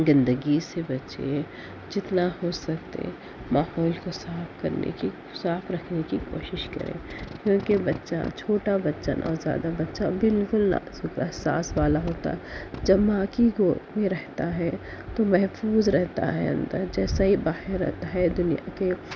گندگی سے بچے جتنا ہو سکے ماحول کو صاف کرنے کی صاف رکھنے کی کوشش کرے کیوں کہ بچہ چھوٹا بچہ نوزائیدہ بچہ جو بالکل احساس والا ہوتا جو ماں کی گود میں رہتا ہے تو محفوظ رہتا ہے جیسے ہی باہر آتا ہے دنیا کے